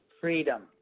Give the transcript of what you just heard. freedom